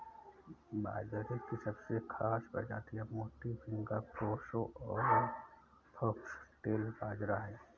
बाजरे की सबसे खास प्रजातियाँ मोती, फिंगर, प्रोसो और फोक्सटेल बाजरा है